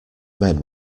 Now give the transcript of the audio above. men